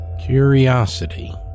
Curiosity